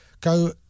go